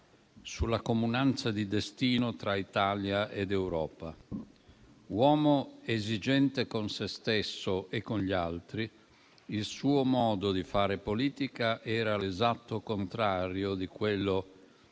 sulla comunanza di destino tra Italia ed Europa. Uomo esigente con se stesso e con gli altri, il suo modo di fare politica era l'esatto contrario di quello